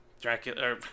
Dracula